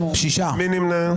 מי נמנע?